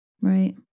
right